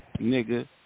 nigga